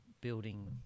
building